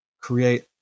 create